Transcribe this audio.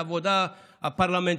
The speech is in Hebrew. את העבודה הפרלמנטרית,